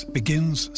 begins